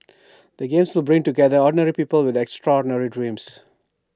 the games will bring together ordinary people with extraordinary dreams